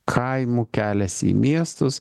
kaimų keliasi į miestus